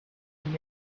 and